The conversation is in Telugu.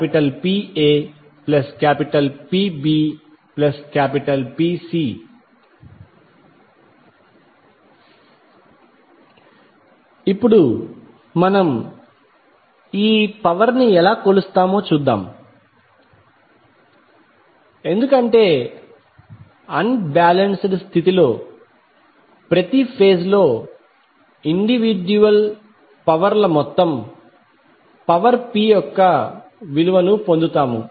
PPaPbPc ఇప్పుడు మనం ఈ పవర్ ని ఎలా కొలుస్తామో చూద్దాం ఎందుకంటే అన్ బాలెన్స్డ్ స్థితిలో ప్రతి ఫేజ్ లో ఇండివిడ్యుయల్ పవర్ ల మొత్తం పవర్ P యొక్క విలువను పొందుతాము